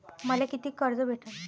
मले कितीक कर्ज भेटन?